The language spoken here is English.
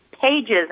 Pages